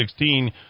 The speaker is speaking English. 2016